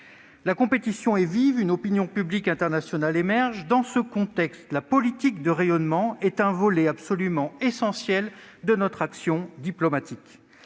La compétition est vive ; une opinion publique internationale émerge. Dans ce contexte, la politique de rayonnement est un volet absolument essentiel de notre action diplomatique.